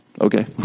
Okay